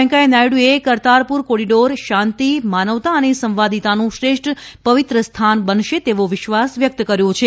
વૈંકેયા નાયડુએ કરતારપૂર કોરીડોર શાંતિ માનવતા અને સંવાદિતાનું શ્રેષ્ઠ પવિત્ર સ્થાન બનશે તેવો વિશ્વાસ વ્યકત કર્યો છે